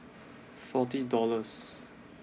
forty dollars